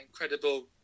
incredible